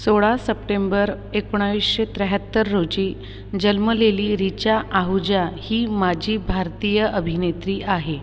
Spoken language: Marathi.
सोळा सप्टेंबर एकोणावीसशे त्र्याहत्तर रोजी जन्मलेली रिचा आहुजा ही माजी भारतीय अभिनेत्री आहे